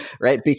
Right